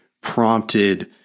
prompted